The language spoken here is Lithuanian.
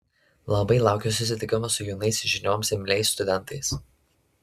labai laukiu susitikimo su jaunais žinioms imliais studentais